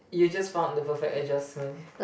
you just found the perfect adjustment